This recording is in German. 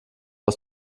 aus